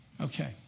Okay